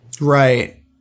Right